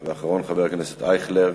ואחרון, חבר הכנסת אייכלר.